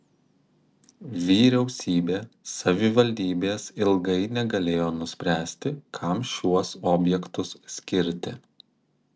vyriausybė savivaldybės ilgai negalėjo nuspręsti kam šiuos objektus skirti